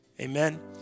amen